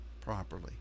properly